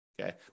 Okay